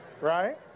right